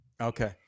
Okay